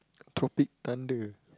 topic thunder